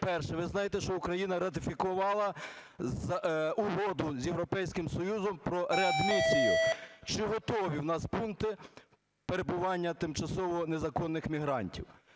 Перше. Ви знаєте, що Україна ратифікувала Угоду з Європейським Союзом про реадмісію. Чи готові у нас пункти перебування тимчасового незаконних мігрантів?